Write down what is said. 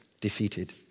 defeated